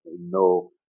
no